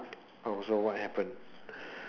so what happened